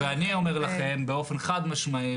ואני אומר לכם באופן חד-משמעי,